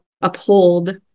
uphold